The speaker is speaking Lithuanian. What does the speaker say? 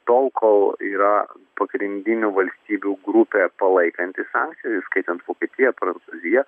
tol kol yra pagrindinių valstybių grupė palaikanti sankcija įskaitant vokietiją prancūziją